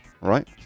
right